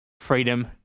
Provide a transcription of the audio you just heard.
freedom